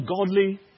godly